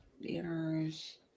dinners